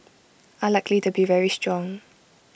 are likely to be very strong